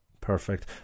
Perfect